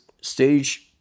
stage